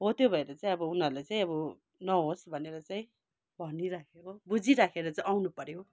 हो त्यो भएर चाहिँ अब उनीहरूले अब नहोस् भनेर चाहिँ भनिराखेको बुझिराखेर चाहिँ आउनु पर्यो